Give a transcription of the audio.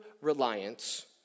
reliance